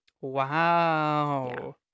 Wow